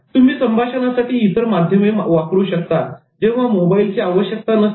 तुम्ही संभाषणासाठी इतर माध्यमे वापरू शकता जेव्हा मोबाईलची आवश्यकता नसते